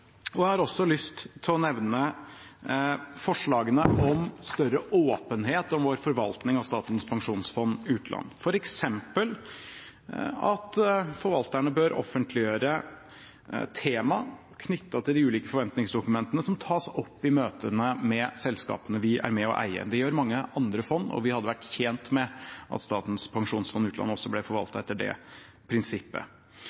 og jeg har også lyst til å nevne forslagene om større åpenhet om vår forvaltning av Statens pensjonsfond utland, f.eks. at forvalterne bør offentliggjøre tema knyttet til de ulike forventningsdokumentene som tas opp i møtene med selskapene vi er med og eier. Det gjør mange andre fond, og vi hadde vært tjent med at Statens pensjonsfond utland også ble